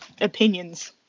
opinions